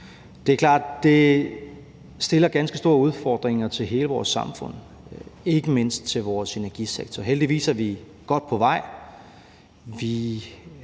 det stiller ganske store udfordringer til hele vores samfund, ikke mindst til vores energisektor. Vi er heldigvis godt på vej.